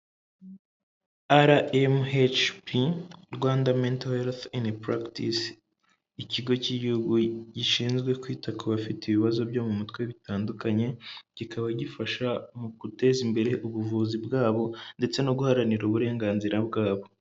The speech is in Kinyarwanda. R M H P, Rwanda Mental Herifu in Paragitisi, ikigo cy'igihugu gishinzwe kwita ku bafite ibibazo byo mu mutwe bitandukanye, kikaba gifasha mu guteza imbere ubuvuzi bwabo, ndetse no guharanira uburenganzira bwabo.